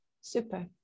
Super